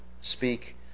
Speak